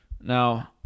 Now